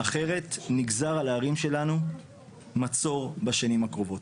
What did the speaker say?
אחרת נגזר על הערים שלנו מצור בשנים הקרובות.